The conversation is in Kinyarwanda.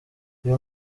uyu